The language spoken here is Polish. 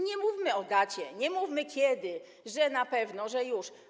Nie mówmy o dacie, nie mówmy kiedy, że na pewno, że już.